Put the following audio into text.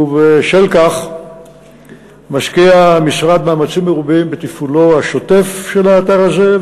ובשל כך משקיע המשרד מאמצים מרובים בתפעולו השוטף של האתר הזה,